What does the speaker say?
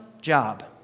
job